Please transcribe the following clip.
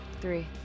Three